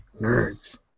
nerds